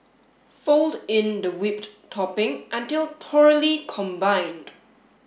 fold in the whipped topping until thoroughly combined